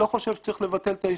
לא חושב שצריך לבטל את ההשתלמות.